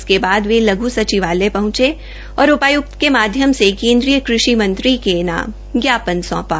इसके बाद ये लघ् सचिवालय पहचें और उपायुक्त के माध्यम से केन्द्रीय कृषि मंत्री के नाम ज्ञापन सोंपा